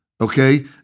okay